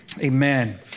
Amen